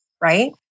right